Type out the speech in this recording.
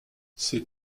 ses